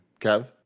Kev